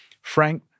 Frank